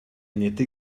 nette